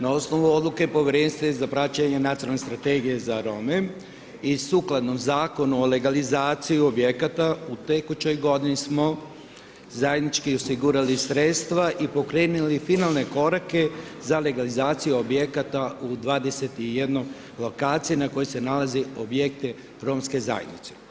Na osnovu Odluke povjerenstva za praćenje nacionalne strategije za Rome i sukladno Zakonu o legalizaciji objekata, u tekućoj godini smo zajednički osigurali sredstva i pokrenuli finalne korake za legalizaciju objekata u 21 lokaciji na kojoj se nalaze objekti Romske zajednice.